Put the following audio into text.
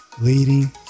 Leading